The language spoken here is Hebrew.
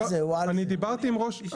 אני דיברתי עם ראש העיר.